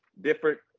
different